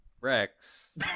Rex